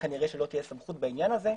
כנראה שלא תהיה סמכות בעניין הזה,